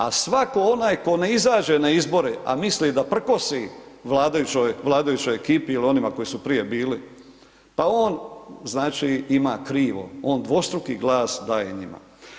A svako onaj tko ne izađe na izbore, a misli da prkosi vladajućoj ekipi ili oni koji su prije bili, pa on znači ima krivo, on dvostruki glas daje njima.